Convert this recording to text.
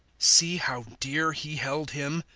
see how dear he held him,